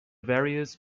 various